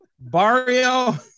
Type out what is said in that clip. Barrio